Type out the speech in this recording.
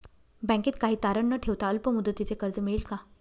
बँकेत काही तारण न ठेवता अल्प मुदतीचे कर्ज मिळेल का?